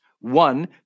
one